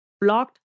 blocked